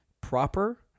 proper